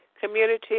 community